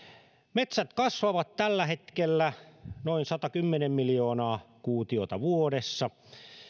metsät kasvavat tällä hetkellä noin satakymmentä miljoonaa kuutiota vuodessa